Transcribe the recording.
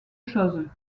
choses